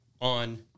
on